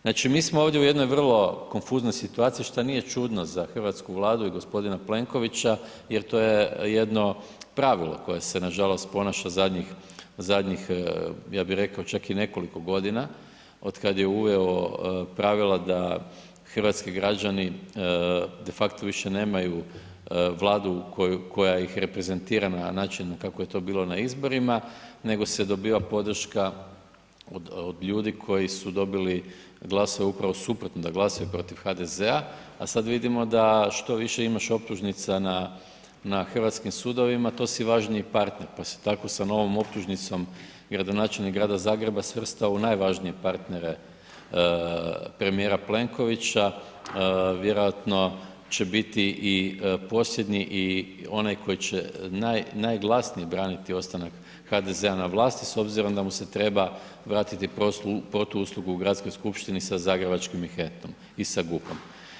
Znači, mi smo ovdje u jednoj vrlo konfuznoj situaciji šta nije čudno za hrvatsku Vladu i g. Plenkovića jer to je jedno pravilo koje se nažalost ponaša zadnjih, zadnjih, ja bi reko, čak i nekoliko godina otkad je uveo pravila da hrvatski građani defakto više nemaju Vladu koja ih prezentira na način kako je to bilo na izborima, nego dobiva podrška od ljudi koji su dobili glasove upravo suprotno, da glasaju protiv HDZ-a a sada vidimo da što više imaš optužnica na hrvatskim sudovima to si važniji partner pa se tako sa novom optužnicom gradonačelnik grada Zagreba svrstao u najvažnije partnere premijera Plenkovića, vjerojatno će biti i posljednji i onaj koji će najglasnije braniti ostanak HDZ-a na vlasti s obzirom da mu se treba vratiti protuuslugu u gradskoj skupštini za zagrebačkim Manhattan i sa GUP-om.